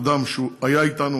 אדם שהיה אתנו,